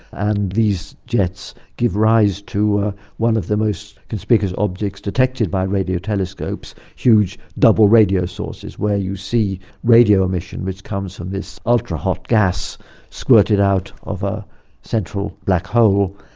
and these jets give rise to one of the most conspicuous objects detected by radio telescopes, huge double radio sources where you see radio emission which comes from this ultra-hot gas squirted out of a central black hole.